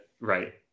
right